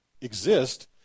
exist